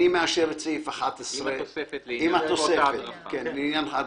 אני מאשר את סעיף 11, עם התוספת לעניין ההדרכה.